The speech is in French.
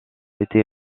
été